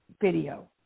video